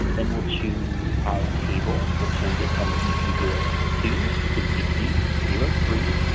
then we'll choose our table. we'll change it from d p zero two to d p zero three